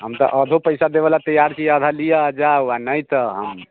हम तऽ आधो पैसा देबऽ लऽ तैयार छी आधा लिअ आओर जाउ वा नहि तऽ हम